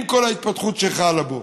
עם כל ההתפתחות שחלה בו?